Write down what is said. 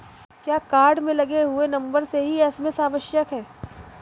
क्या कार्ड में लगे हुए नंबर से ही एस.एम.एस आवश्यक है?